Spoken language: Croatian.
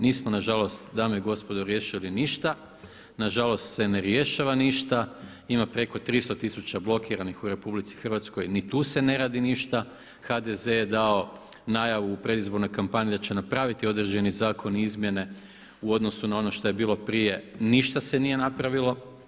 Nismo nažalost dame i gospodo riješili ništa, nažalost se ne rješava ništa, ima preko 300 tisuća blokiranih u RH, ni tu se ne radi ništa, HDZ je dao najavu u predizbornoj kampanji da će napraviti određeni zakon i izmjene u odnosu na ono što je bilo prije, ništa se nije napravilo.